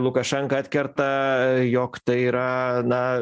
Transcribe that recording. lukašenka atkerta jog tai yra na